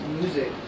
music